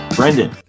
Brendan